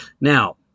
Now